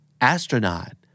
Astronaut